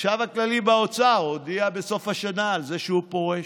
החשב הכללי באוצר הודיע בסוף השנה שהוא פורש.